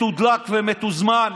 מתודלק ומתוזמן,